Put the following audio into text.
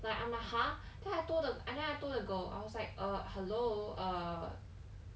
like I'm like !huh! then I told the and then I told the girl I was like err hello err